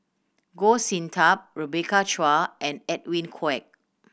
Goh Sin Tub Rebecca Chua and Edwin Koek